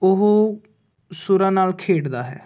ਉਹ ਸੁਰਾਂ ਨਾਲ ਖੇਡਦਾ ਹੈ